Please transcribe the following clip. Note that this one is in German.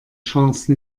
chance